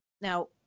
now